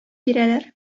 бирәләр